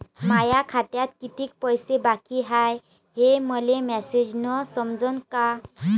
माया खात्यात कितीक पैसे बाकी हाय हे मले मॅसेजन समजनं का?